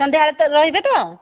ସନ୍ଧ୍ୟାବେଳେ ତ ରହିବେ ତ